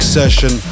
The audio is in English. session